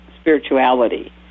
spirituality